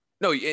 No